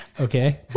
okay